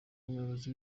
n’umuyobozi